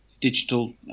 digital